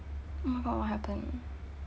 oh my god what happened